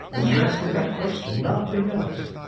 and rest with that question. nothing else.